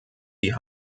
die